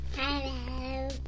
Hello